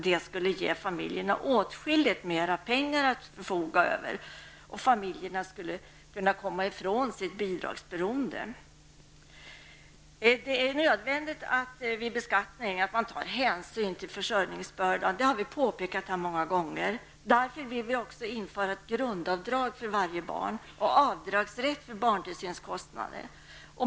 Det skulle ge familjerna åtskilligt mera pengar att förfoga över, och framför allt skulle familjerna kunna komma ifrån sitt bidragsberoende. Det är nödvändigt att vid beskattning ta hänsyn till försörjningsbördan. Det har vi påpekat många gånger. Därför vill vi införa ett grundavdrag för varje barn och avdragsrätt för barntillsynskostnader.